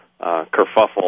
Kerfuffle